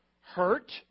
Hurt